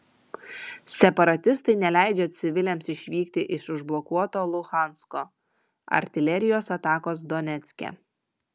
separatistai neleidžia civiliams išvykti iš užblokuoto luhansko artilerijos atakos donecke